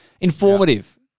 Informative